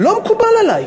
לא מקובל עלי.